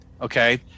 Okay